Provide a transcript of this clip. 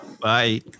Bye